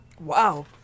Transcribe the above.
Wow